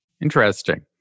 Interesting